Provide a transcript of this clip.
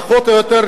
פחות או יותר,